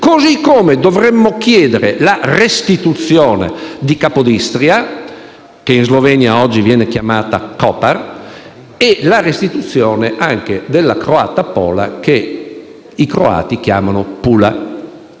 dovremmo chiedere la restituzione di Capodistria, che in Slovenia oggi viene chiamata Koper, e la restituzione anche della croata Pola, che i croati chiamano Pula.